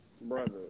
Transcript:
brother